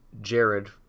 Jared